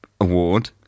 award